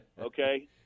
okay